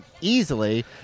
easily